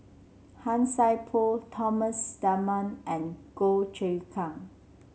Han Sai Por Thomas Dunman and Goh Choon Kang